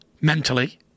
mentally